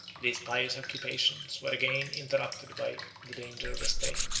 these pious occupations were again interrupted by the danger of the state.